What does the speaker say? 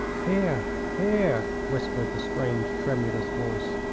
here! here! whispered the strange, tremulous voice.